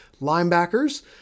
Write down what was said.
Linebackers